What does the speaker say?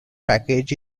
package